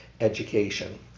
education